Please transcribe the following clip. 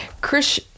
Chris